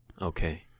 Okay